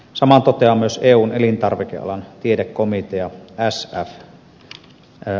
saman toteaa myös eun elintarvikealan tiedekomitea scf